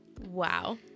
wow